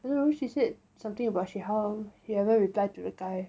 I don't know she said something about she how she haven't reply to the guy